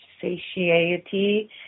satiety